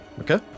Okay